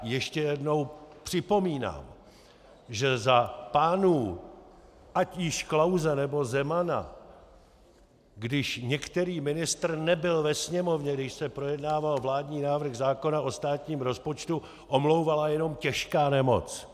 Ještě jednou připomínám, že za pánů ať již Klause, nebo Zemana, když některý ministr nebyl ve Sněmovně, když se projednával vládní návrh zákona o státním rozpočtu, omlouvala jen těžká nemoc.